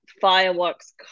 fireworks